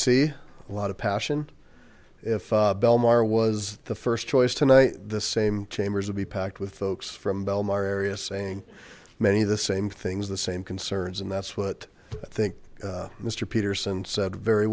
see a lot of passion if bellmawr was the first choice tonight the same chambers would be packed with the oaks from bellmawr area saying many of the same things the same concerns and that's what i think mr peterson said very